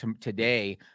today